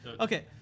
Okay